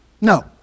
No